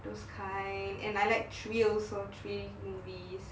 those kind and I like thrills also thrills movies